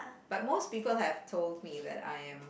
but most people have told me that I am